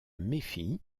méfie